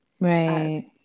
Right